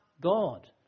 God